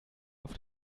auf